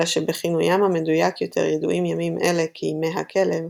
אלא שבכינוים המדויק יותר ידועים ימים אלה כימי הכלב,